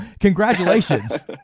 congratulations